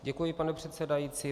Děkuji, pane předsedající.